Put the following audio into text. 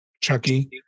Chucky